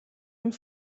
hun